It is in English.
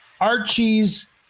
Archies